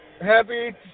Happy